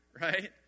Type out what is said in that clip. right